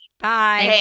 Bye